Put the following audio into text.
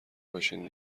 باشین